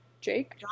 Jake